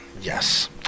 yes